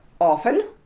often